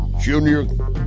junior